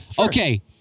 Okay